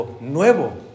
nuevo